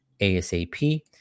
ASAP